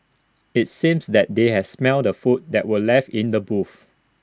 IT seems that they had smelt the food that were left in the booth